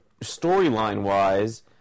Storyline-wise